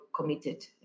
committed